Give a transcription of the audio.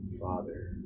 father